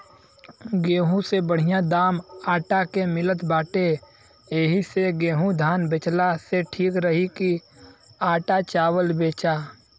गेंहू से बढ़िया दाम आटा के मिलत बाटे एही से गेंहू धान बेचला से ठीक रही की आटा चावल बेचा